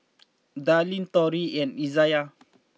Darlene Tori and Izayah